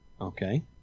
Okay